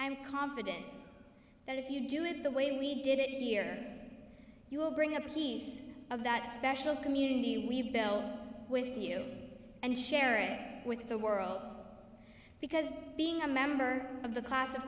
i'm confident that if you do it the way we did it here you will bring a piece of that special community we've dealt with you and share it with the world because being a member of the class of